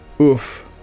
Oof